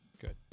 good